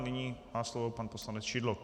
Nyní má slovo pan poslanec Šidlo.